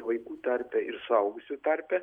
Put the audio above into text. vaikų tarpe ir suaugusių tarpe